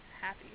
happy